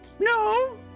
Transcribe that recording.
No